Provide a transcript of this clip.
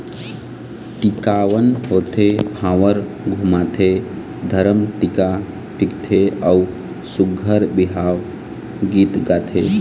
टिकावन होथे, भांवर घुमाथे, धरम टीका टिकथे अउ सुग्घर बिहाव गीत गाथे